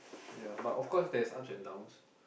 ya but of course there's ups and downs